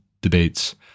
debates